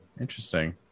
Interesting